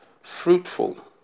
fruitful